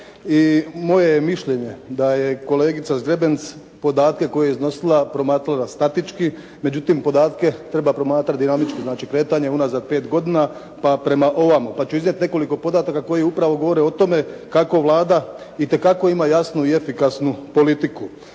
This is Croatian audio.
i moje je mišljenje da je kolegica Zgrebec podatke koje je iznosila promatrala statički. Međutim, podatke treba promatrati dinamički, znači kretanje unazad pet godina pa prema ovamo. Pa ću iznijet nekoliko podataka koji upravo govore o tome kako Vlada itekako ima jasnu i efikasnu politiku.